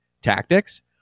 tactics